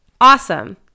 awesome